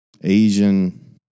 Asian